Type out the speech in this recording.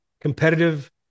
competitive